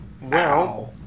Now